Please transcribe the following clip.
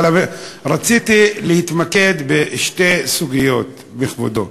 רציתי להתמקד בשתי סוגיות, כבודו.